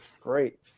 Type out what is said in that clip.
great